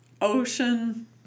ocean